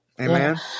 Amen